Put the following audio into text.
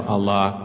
Allah